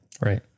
Right